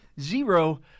zero